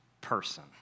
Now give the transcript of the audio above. person